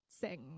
sing